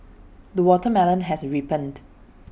the watermelon has ripened